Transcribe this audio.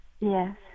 Yes